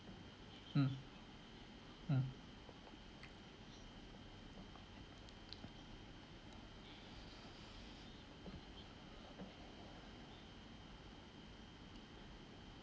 mm mm